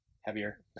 heavier